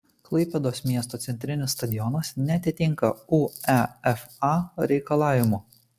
klaipėdos miesto centrinis stadionas neatitinka uefa reikalavimų